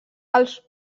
als